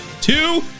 two